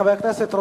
חבר הכנסת רותם,